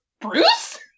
Bruce